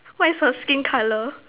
what is her skin colour